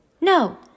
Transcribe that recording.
No